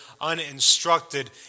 uninstructed